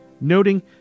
noting